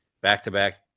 back-to-back